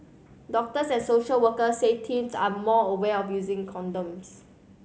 doctors and social workers say teens are also more aware using condoms